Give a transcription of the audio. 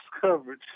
coverage